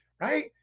Right